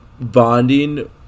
bonding